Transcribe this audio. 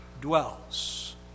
dwells